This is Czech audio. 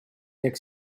jak